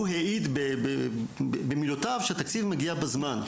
הוא העיד במילותיו שהתקציב מיגע בזמן.